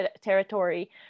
territory